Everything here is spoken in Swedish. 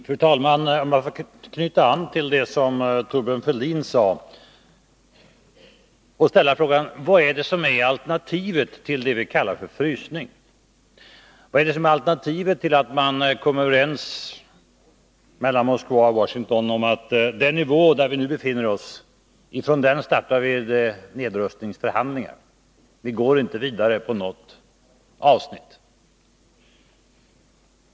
Fru talman! Jag vill knyta an till det som Thorbjörn Fälldin sade och ställa frågan: Vad är alternativet till det vi kallar för frysning? Vad är alternativet till att man mellan Moskva och Washington kommer överens om att starta nedrustningsförhandlingar från den nivå där man nu befinner sig och inte går vidare på något avsnitt?